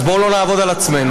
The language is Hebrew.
אז בואו לא נעבוד על עצמנו.